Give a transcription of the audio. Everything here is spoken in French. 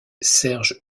serge